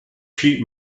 sheet